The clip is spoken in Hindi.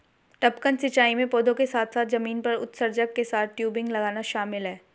टपकन सिंचाई में पौधों के साथ साथ जमीन पर उत्सर्जक के साथ टयूबिंग लगाना शामिल है